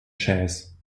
jazz